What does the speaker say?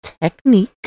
technique